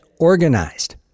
organized